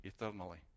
eternally